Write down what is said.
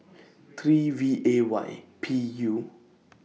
three V A Y P U